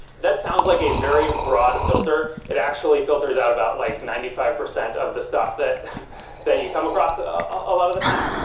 that sounds like a very broad filter. it actually filters out about like ninety five percent of the stuff that that you come across a lot of the time.